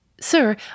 Sir